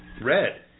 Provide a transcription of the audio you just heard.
red